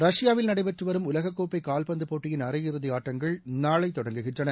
ரஷ்யாவில் நடைபெற்றுவரும் உலகக்கோப்பை கால்பந்து போட்டியின் அரையிறுதி ஆட்டங்கள் நாளை தொடங்குகின்றன